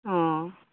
অ